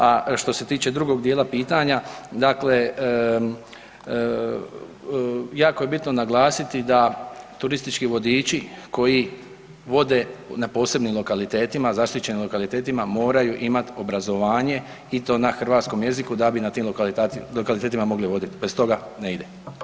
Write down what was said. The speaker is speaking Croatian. A što se tiče drugog dijela pitanja, dakle jako je bitno naglasiti da turistički vodiči koji vode na posebnim lokalitetima, zaštićenim lokalitetima, moraju imat obrazovanje i to na hrvatskom jeziku da bi na tim lokalitetima mogli vodit, bez toga ne ide.